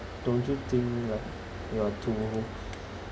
don't you think like you are too